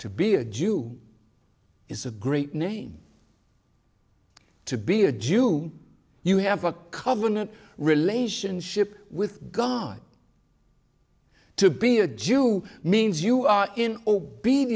to be a jew is a great name to be a jew you have a covenant relationship with god to be a jew means you are in o